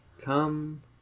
Come